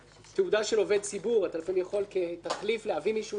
תעודה של עובד ציבור לפעמים אתה יכול כתחליף להביא מישהו לעדות,